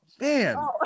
Man